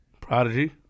Prodigy